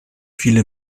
viele